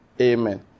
Amen